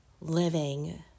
living